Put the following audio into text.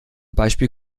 beispiel